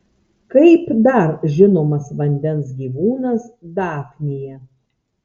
kaip dar žinomas vandens gyvūnas dafnija